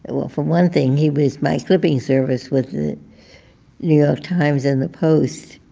well, for one thing, he was my clipping service with the new york times and the post.